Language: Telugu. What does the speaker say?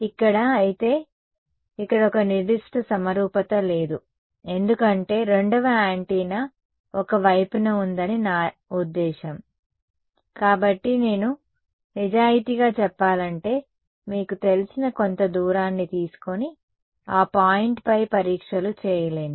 ఇక్కడ అయితే ఇక్కడ ఒక నిర్దిష్ట సమరూపత లేదు ఎందుకంటే రెండవ యాంటెన్నా ఒక వైపున ఉందని నా ఉద్దేశ్యం కాబట్టి నేను నిజాయితీగా చెప్పాలంటే మీకు తెలిసిన కొంత దూరాన్ని తీసుకుని ఆ పాయింట్పై పరీక్షలు చేయలేను